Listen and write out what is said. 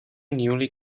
newly